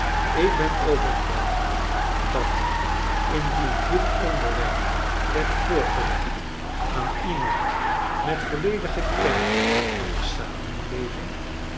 ik ben overtuigd dat indien dit onderwerp werd voorgelegd aan iemand met volledige kennis van de samenleving